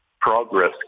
progress